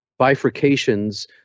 bifurcations